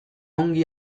ongi